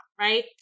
right